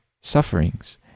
sufferings